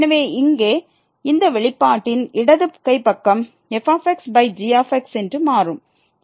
எனவே இங்கே இந்த வெளிப்பாட்டின் இடது கை பக்கம் f g என்று மாறும்